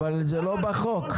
אבל זה לא בחוק.